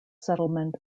settlement